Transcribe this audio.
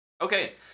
Okay